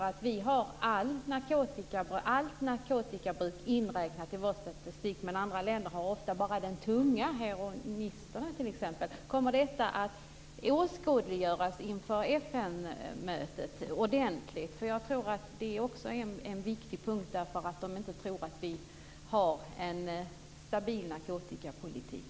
Det beror på att vi räknar in allt narkotikabruk i vår statistik. Andra länder räknar ofta bara in den tunga narkotikan, t.ex. heroinet. Kommer detta att åskådliggöras ordentligt inför FN-mötet? Jag tror att det är en viktig punkt, så att andra länder inte missförstår vår narkotikapolitik.